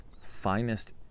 finest